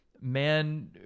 man